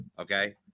Okay